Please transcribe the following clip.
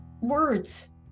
words